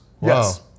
Yes